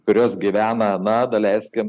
kurios gyvena na daleiskim